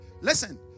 Listen